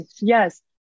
yes